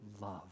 love